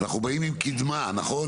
אנחנו באים עם קדמה, נכון?